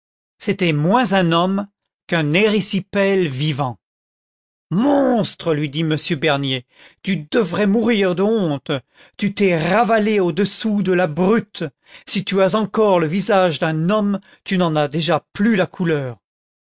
c'était moins un homme qu'un érysipèle vivant monstre lui dit m bernier tu devrais mourir de honte tu t'es ravalé au-dessous de la brute si tu as encore le visage d'un homme tu n'en as déjà plus la couleur